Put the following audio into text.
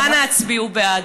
אנא הצביעו בעד.